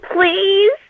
please